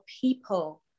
people